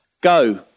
Go